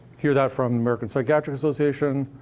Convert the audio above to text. hear that from the american psychiatric association,